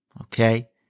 Okay